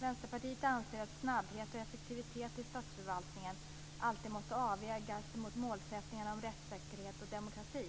Vänsterpartiet anser att snabbhet och effektivitet i statsförvaltningen alltid måste avvägas mot målsättningen om rättssäkerhet och demokrati.